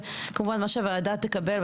וכמובן מה שהוועדה תקבל,